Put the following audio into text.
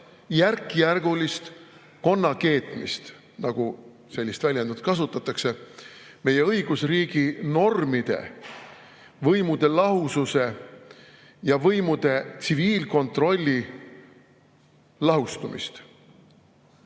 järkjärgulist konna keetmist, nagu see väljend on, meie õigusriigi normide, võimude lahususe ja võimude tsiviilkontrollilahustumist.